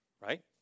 Right